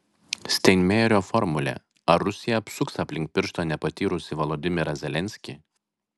steinmeierio formulė ar rusija apsuks aplink pirštą nepatyrusį volodymyrą zelenskį